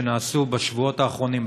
שנעשו בשבועות האחרונים,